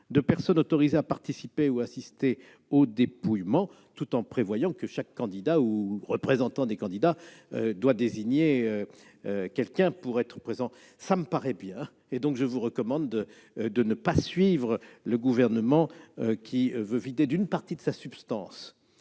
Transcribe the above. de personnes autorisées à participer ou à assister au dépouillement, tout en prévoyant que chaque candidat ou représentant des candidats doit désigner une personne qui sera présente. Cela me paraît bien ! Je vous recommande donc, mes chers collègues, de ne pas suivre le Gouvernement, qui veut vider d'une partie de sa substance